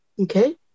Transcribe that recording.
Okay